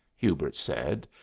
hubert said,